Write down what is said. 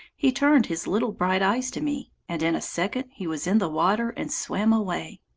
he turned his little bright eyes to me, and in a second he was in the water and swam away.